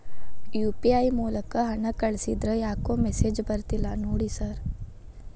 UPI ಮೂಲಕ ಹಣ ಕಳಿಸಿದ್ರ ಯಾಕೋ ಮೆಸೇಜ್ ಬರ್ತಿಲ್ಲ ನೋಡಿ ಸರ್?